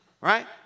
right